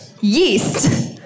yeast